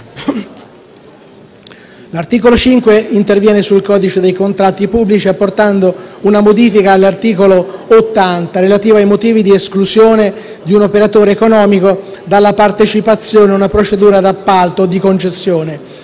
L'articolo 5 interviene sul codice dei contratti pubblici, apportando una modifica all'articolo 80 - relativo ai motivi di esclusione di un operatore economico dalla partecipazione a una procedura d'appalto o di concessione